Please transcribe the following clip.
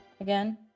again